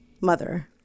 mother